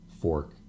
fork